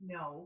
no